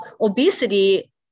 obesity